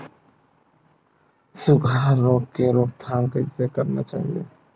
सुखा रोग के रोकथाम कइसे करना चाही?